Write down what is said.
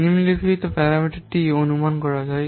নিম্নলিখিত প্যারামিটারটি অনুমান করা যায়